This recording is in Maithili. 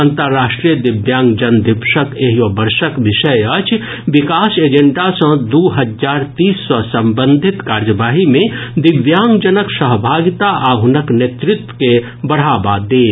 अंतरराष्ट्रीय दिव्यांग जन दिवसक एहि वर्षक विषय अछि विकास एजेंडा दू हजार तीस सॅ संबंधित कार्यवाही मे दिव्यांगजनक सहभागिता आ हुनक नेतृत्व के बढ़ावा देब